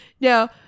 Now